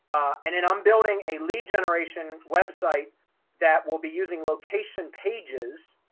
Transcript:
and then i'm building a lead generation website that will be using location pages.